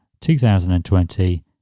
2020